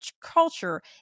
culture